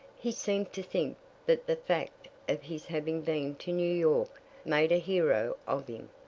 he seemed to think that the fact of his having been to new york made a hero of him,